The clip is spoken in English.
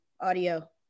audio